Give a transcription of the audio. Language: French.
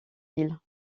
ville